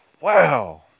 Wow